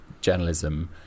journalism